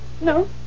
No